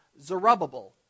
Zerubbabel